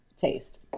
taste